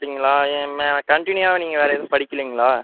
அப்படிங்களா கண்டினியூவாகவே நீங்கள் வேறு எதுவும் படிக்கலைங்களா